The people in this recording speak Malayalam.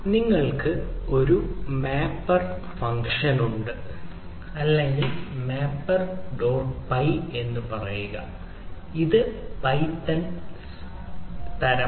നിങ്ങൾക്ക് ആ മാപ്പർ ഫംഗ്ഷൻ ഉണ്ട് അല്ലെങ്കിൽ മാപ്പർ ഡോട്ട് പൈ എന്ന് പറയുക ഇത് പൈത്തൺ തരമാണ്